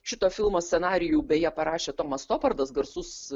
šito filmo scenarijų beje parašė tomas topordas garsus